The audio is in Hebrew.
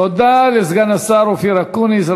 תודה לסגן השר אופיר אקוניס.